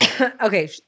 Okay